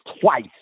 twice